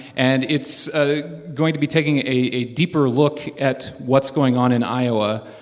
and it's ah going to be taking a deeper look at what's going on in iowa.